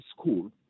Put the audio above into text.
school